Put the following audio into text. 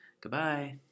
Goodbye